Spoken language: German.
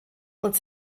und